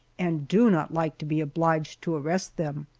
and do not like to be obliged to arrest them.